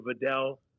Vidal